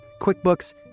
QuickBooks